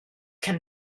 can